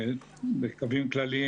בקווים כלליים,